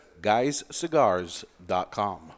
guyscigars.com